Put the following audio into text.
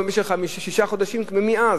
שישה חודשים עברו מאז.